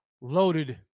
loaded